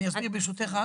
אני אסביר, ברשותך,